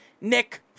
Nick